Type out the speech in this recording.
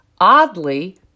oddly